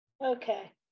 Okay